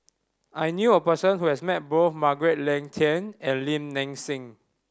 I knew a person who has met both Margaret Leng Tan and Lim Nang Seng